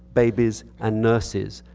babies, and nurses,